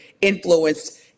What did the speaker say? Influenced